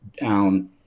down